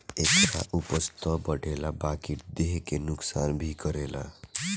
एकरा उपज त बढ़ेला बकिर देह के नुकसान भी करेला